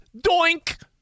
Doink